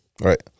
Right